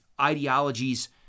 ideologies